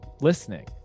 listening